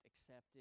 accepted